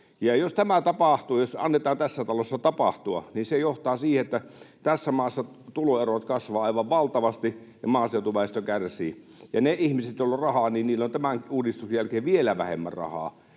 Jos tämä tapahtuu, jos sen annetaan tässä talossa tapahtua, niin se johtaa siihen, että tässä maassa tuloerot kasvavat aivan valtavasti ja maaseutuväestö kärsii, ja niillä ihmisillä, joilla on rahaa, on tämän uudistuksen jälkeen vielä vähemmän rahaa.